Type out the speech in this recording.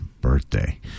birthday